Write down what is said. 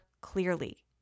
clearly